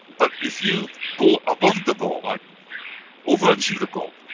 but if you go above the goal, like and overachieve the goal,